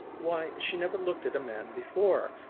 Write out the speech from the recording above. why, she never looked at a man before.